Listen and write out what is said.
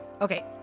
Okay